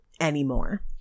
anymore